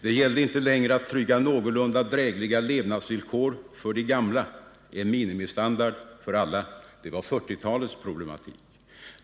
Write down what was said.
Det gällde inte längre att trygga någorlunda drägliga levnadsvillkor för de gamla, en minimistandard för alla. Det var 1940-talets problematik.